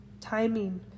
timing